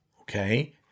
okay